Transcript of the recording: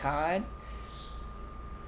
card